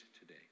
today